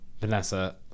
Vanessa